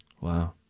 Wow